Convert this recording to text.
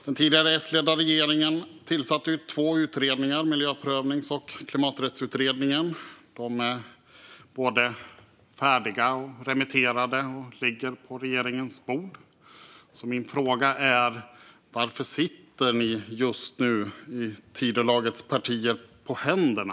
Den tidigare S-ledda regeringen tillsatte två utredningar, Miljöprövningsutredningen och Klimaträttsutredningen. De är båda färdiga och remitterade och ligger på regeringens bord. Min fråga är: Varför sitter just nu ni i Tidölagets partier på händerna?